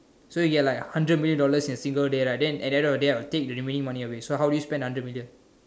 so you get like hundred million dollars in a single day right then at the end of the day I will take the remaining money away so how do you spend hundred million